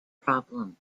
problem